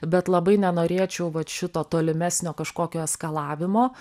bet labai nenorėčiau vat šito tolimesnio kažkokio eskalavimo